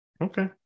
Okay